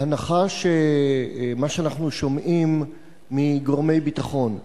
בהנחה שמה שאנחנו שומעים מגורמי הביטחון,